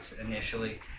initially